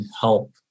help